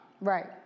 Right